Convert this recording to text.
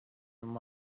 and